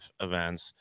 events